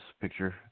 picture